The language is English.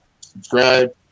Subscribe